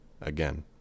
Again